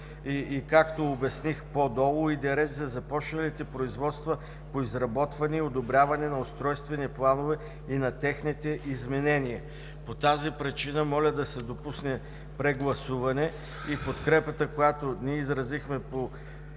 1. Както обясних по-долу, иде реч за започналите производства по изработване и одобряване на устройствени планове и на техните изменения. По тази причина моля да се допусне прегласуване и подкрепата, която ние изразихме по